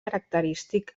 característic